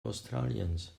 australiens